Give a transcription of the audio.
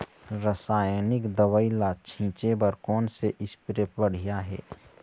रासायनिक दवई ला छिचे बर कोन से स्प्रे बढ़िया हे?